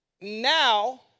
now